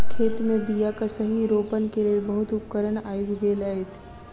खेत मे बीयाक सही रोपण के लेल बहुत उपकरण आइब गेल अछि